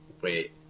Wait